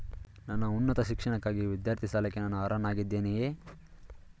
ನನ್ನ ಉನ್ನತ ಶಿಕ್ಷಣಕ್ಕಾಗಿ ವಿದ್ಯಾರ್ಥಿ ಸಾಲಕ್ಕೆ ನಾನು ಅರ್ಹನಾಗಿದ್ದೇನೆಯೇ?